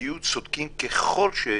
תהיו צודקים ככל שתהיו,